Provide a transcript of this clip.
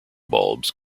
bulbs